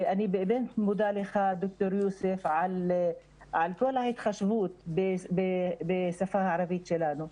ואני מודה לך ד"ר יוסף על כל ההתחשבות בשפה הערבית שלנו.